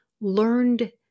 learned